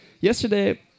Yesterday